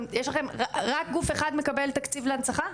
רק גוף אחד מקבל תקציב להנצחה?